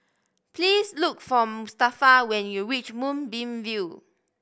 please look for Mustafa when you reach Moonbeam View